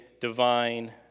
divine